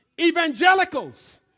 evangelicals